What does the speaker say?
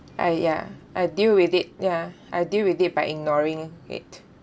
uh ya I deal with it ya I deal with it by ignoring it